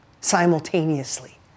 simultaneously